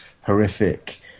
horrific